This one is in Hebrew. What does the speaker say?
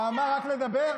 מה, רק לדבר?